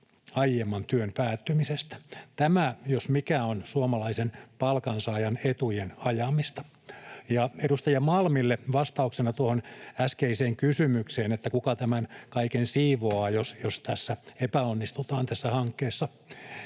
aiemman työn päättymisestä. Tämä, jos mikä, on suomalaisen palkansaajan etujen ajamista. Ja edustaja Malmille vastauksena tuohon äskeiseen kysymykseen, että kuka tämän kaiken siivoaa, jos tässä hankkeessa